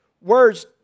words